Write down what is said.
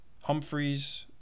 Humphreys